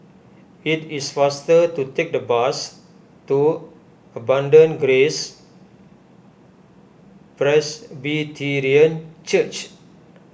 it is faster to take the bus to Abundant Grace Presbyterian Church